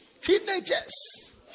teenagers